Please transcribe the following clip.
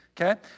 Okay